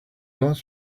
wants